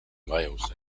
wales